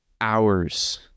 hours